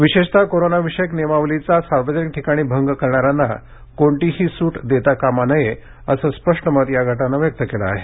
विशेषतः कोरोनाविषयक नियमावलीचा सार्वजनिक ठिकाणी भंग करणाऱ्यांना कोणतीही सुट देता कामा नये असं स्पष्ट मत या गटानं व्यक्त केलं आहे